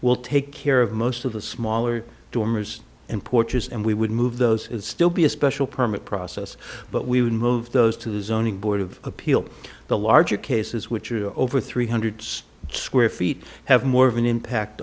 will take care of most of the smaller dormers and porches and we would move those still be a special permit process but we would move those to the zoning board of appeals the larger cases which are over three hundred square feet have more of an impact